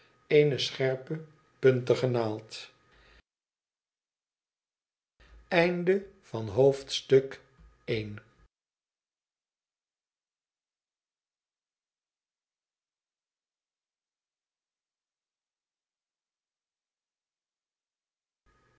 eene scherpe puntige naald